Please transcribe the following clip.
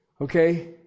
Okay